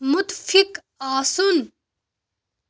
مُتفِق آسُن